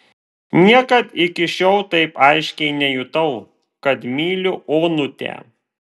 niekad iki šiol taip aiškiai nejutau kad myliu onutę